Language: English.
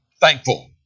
thankful